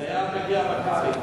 חברי הכנסת